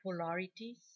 polarities